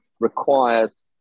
requires